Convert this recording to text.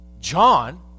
John